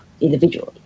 individually